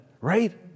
right